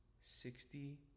sixty